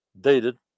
dated